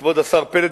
כבוד השר פלד,